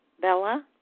Bella